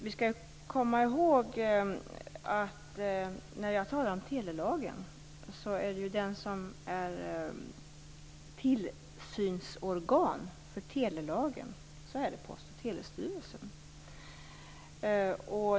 Fru talman! När jag talar om telelagen skall vi komma ihåg att det är Post och telestyrelsen som är tillsynsorgan för telelagen.